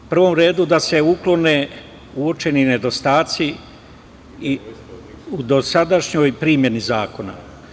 U prvom redu, da se uklone uočeni nedostaci u dosadašnjoj primeni zakona.